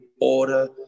order